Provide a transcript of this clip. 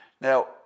Now